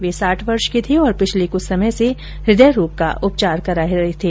वे साठ वर्ष के थे और पिछले कुछ समय से हृदय रोग का उपचार करा रहे थे